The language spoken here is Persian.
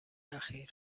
اخیر